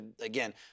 again